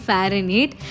Fahrenheit